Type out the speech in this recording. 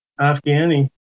Afghani